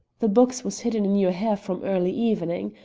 the box was hidden in your hair from early evening.